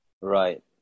Right